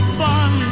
fun